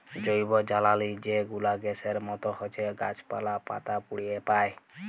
জৈবজ্বালালি যে গুলা গ্যাসের মত হছ্যে গাছপালা, পাতা পুড়িয়ে পায়